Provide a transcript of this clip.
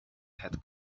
had